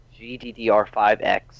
GDDR5X